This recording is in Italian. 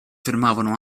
fermavano